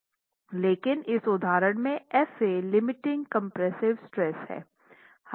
लेकिन इस उदाहरण में Fa लिमिटिंग कम्प्रेस्सिव स्ट्रेंथ है